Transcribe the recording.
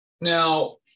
now